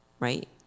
right